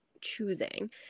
choosing